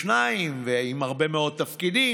72, ועם הרבה מאוד תפקידים,